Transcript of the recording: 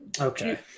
okay